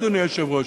אדוני היושב-ראש.